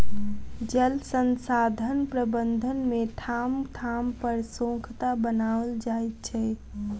जल संसाधन प्रबंधन मे ठाम ठाम पर सोंखता बनाओल जाइत छै